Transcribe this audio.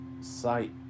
sight